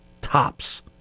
Tops